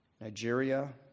Nigeria